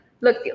look